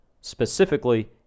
specifically